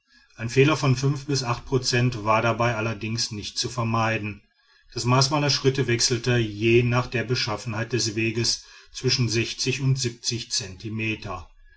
ein fehler von bis prozent war dabei allerdings nicht zu vermeiden das maß meiner schritte wechselte je nach der beschaffenheit des weges zwischen und zentimeter